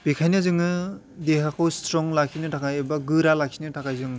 बेखायनो जोङो देहाखौ स्ट्रं लाखिनो थाखाय बा गोरा लाखिनो थाखाय जों